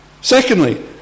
secondly